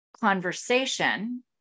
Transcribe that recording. conversation